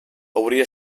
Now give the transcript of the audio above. hauria